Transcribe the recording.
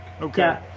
Okay